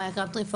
מאיה קרבטרי,